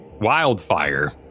Wildfire